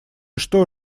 что